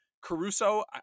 Caruso